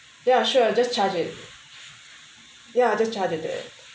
ya sure just charge it ya just charge it there